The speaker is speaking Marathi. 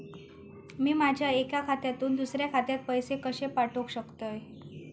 मी माझ्या एक्या खात्यासून दुसऱ्या खात्यात पैसे कशे पाठउक शकतय?